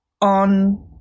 on